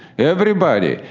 everybody,